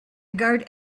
guard